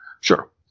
Sure